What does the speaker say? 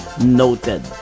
noted